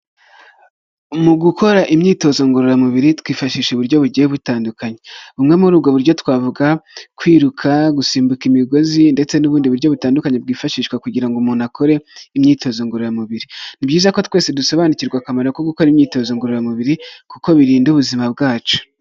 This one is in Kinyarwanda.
Mu gukora imyitozo ngororamubiri, twifashisha uburyo bugiye butandukanye. Bumwe muri ubwo buryo twavuga: Kwiruka, gusimbuka imigozi ndetse n'ubundi buryo butandukanye bwifashishwa kugira ngo umuntu akore imyitozo ngororamubiri. Ni byiza ko twese dusobanukirwa akamaro ko gukora imyitozo ngororamubiri kuko birinda ubuzima bwacu.